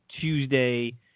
Tuesday